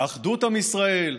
אחדות עם ישראל?